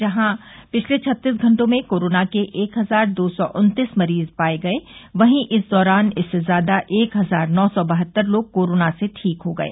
जहां पिछले छत्तीस घंटों में कोरोना के एक हजार दो सौ उन्तीस मरीज पाये गये वहीं इस दौरान इससे ज्यादा एक हजार नौ सौ बहत्तर लोग कोरोना से ठीक हो गये